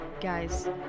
Guys